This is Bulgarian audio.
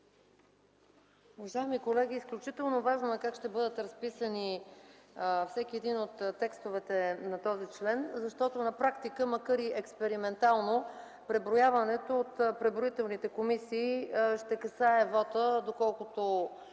Уважаеми колеги, изключително важно е как ще бъде разписан всеки един от текстовете на този член. На практика, макар и експериментално, преброяването от преброителните комисии ще касае вота, доколкото